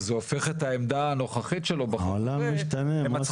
אז זה הופך את העמדה הנוכחית שלו בחוק הזה למצחיקה.